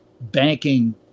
banking